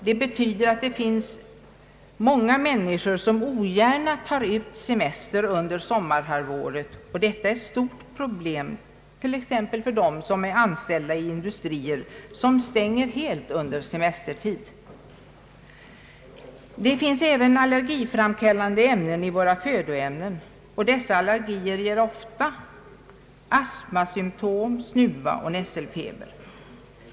Det betyder att det finns många människor som ogärna tar ut semester under sommarhalvåret. Detta är ett stort problem t.ex. för anställda i industrier som stänger helt under semestertid. Det finns även allergiframkallande ämnen i vår föda. Dessa allergier ger ofta astma, snuva och nässelfeber.